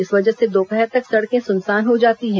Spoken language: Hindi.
इस वजह से दोपहर तक सड़कें सूनसान हो जाती हैं